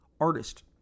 artist